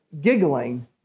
giggling